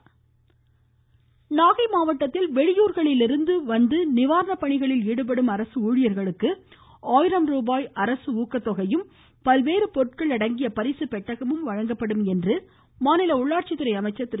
கஜா வேலுமணி நாகை மாவட்டத்தில் வெளியூர்களிலிருந்து வந்து நிவவாரண பணிகளில் ஈடுபடும் அரசு ஊழியர்களுக்கு ஆயிரம் ரூபாய் அரசு ஊக்கத்தொகையும் பல்வேறு பொருட்கள் அடங்கிய பரிசுப்பெட்டகமும் வழங்கப்படும் என மாநில உள்ளாட்சி துறை அமைச்சர் திரு